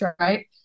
Right